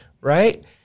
right